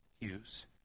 use